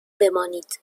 بمانید